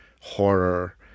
horror